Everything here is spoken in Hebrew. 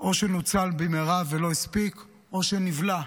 או שנוצל במהרה ולא הספיק או שנבלע.